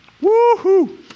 Woo-hoo